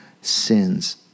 sins